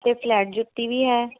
ਅਤੇ ਫਲੈਟ ਜੁੱਤੀ ਵੀ ਹੈ